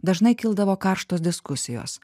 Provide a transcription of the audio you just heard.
dažnai kildavo karštos diskusijos